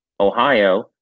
Ohio